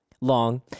long